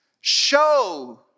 Show